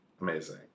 Amazing